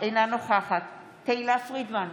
אינה נוכחת תהלה פרידמן,